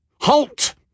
Halt